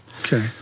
Okay